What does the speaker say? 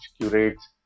curates